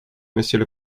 monsieur